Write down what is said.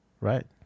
Right